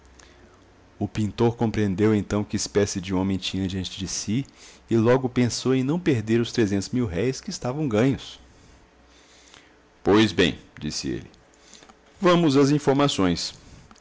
o pintor compreendeu então que espécie de homem tinha diante de si e logo pensou em não perder os trezentos mil-réis que estavam ganhos pois bem disse ele vamos às informações